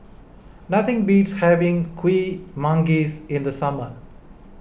nothing beats having Kuih Manggis in the summer